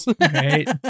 Right